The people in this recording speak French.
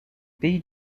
pays